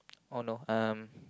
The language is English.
oh no um